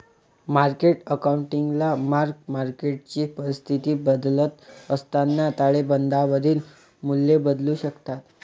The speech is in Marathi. मार्केट अकाउंटिंगला मार्क मार्केटची परिस्थिती बदलत असताना ताळेबंदावरील मूल्ये बदलू शकतात